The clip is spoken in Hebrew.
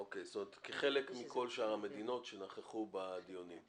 זאת אומרת כחלק מכל שאר המדינות שנכחו בדיונים.